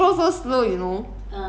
but so long